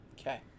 Okay